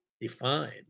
defined